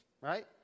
right